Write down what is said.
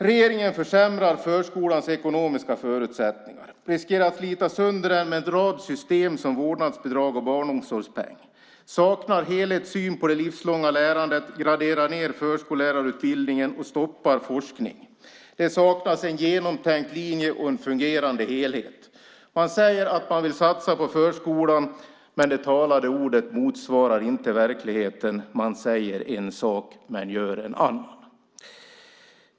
Regeringen försämrar förskolans ekonomiska förutsättningar, riskerar att slita sönder den med en rad system som vårdnadsbidrag och barnomsorgspeng, saknar helhetssyn på det livslånga lärandet, graderar ned förskollärarutbildningen och stoppar forskning. Det saknas en genomtänkt linje och en fungerande helhet. Man säger att man vill satsa på förskolan, men det talade ordet motsvarar inte verkligheten. Man säger en sak men gör en annan.